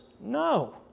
No